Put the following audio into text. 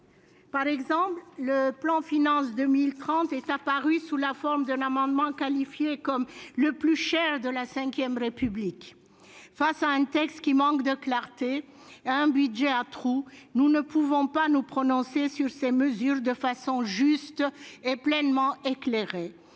Par exemple, le plan France 2030 est apparu par le biais d'un amendement qualifié comme « le plus cher de la V République ». Face à un texte qui manque de clarté et devant un budget à trous, nous ne pouvons pas nous prononcer sur ces mesures de façon juste et pleinement éclairée.